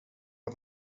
att